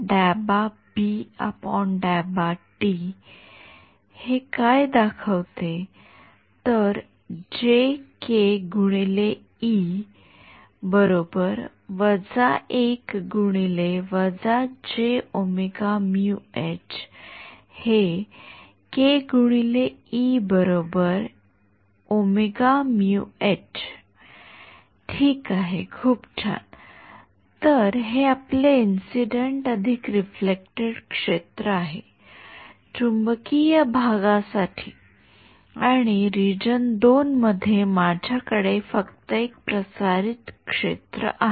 ठीक आहे खुप छान तर हे आपले इंसिडेंट अधिक रिफ्लेक्टेड क्षेत्र आहे चुंबकीय भागासाठी आणि रिजन २ मध्ये माझ्याकडे फक्त एक प्रसारित क्षेत्र आहे